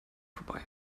vorbei